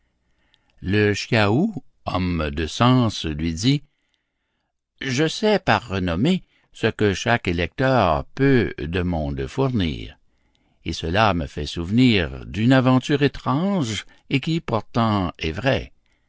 le chiaoux homme de sens lui dit je sais par renommée ce que chaque électeur peut de monde fournir et cela me fait souvenir d'une aventure étrange et qui pourtant est vraie